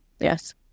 yes